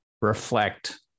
reflect